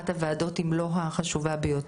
זו אחת הוועדות, אם לא החשובה ביותר.